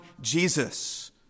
Jesus